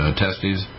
testes